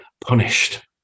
punished